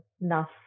enough